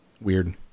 weird